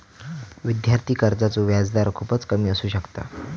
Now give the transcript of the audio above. विद्यार्थी कर्जाचो व्याजदर खूपच कमी असू शकता